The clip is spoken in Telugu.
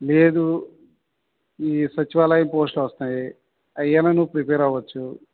లేదు ఈ సచివాలయం పోస్టులు వస్తాయి అవి అయినా నువ్వు ప్రిపేర్ అవ్వచ్చు